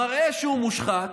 מראה שהוא מושחת,